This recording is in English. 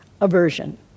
aversion